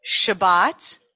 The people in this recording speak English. Shabbat